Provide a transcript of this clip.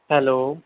hello